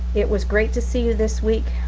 it was great to see you this week,